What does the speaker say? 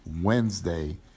Wednesday